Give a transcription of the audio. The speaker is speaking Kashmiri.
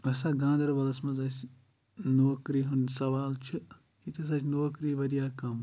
گاندَبَلَس منٛز اسہِ نۄکری ہُنٛد سَوال چھ ییِٚتہِ ہَسا چھ نۄکری وَرِیاہ کَم